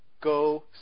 Go